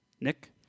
Nick